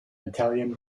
italian